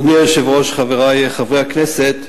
אדוני היושב-ראש, חברי חברי הכנסת,